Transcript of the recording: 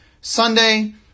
Sunday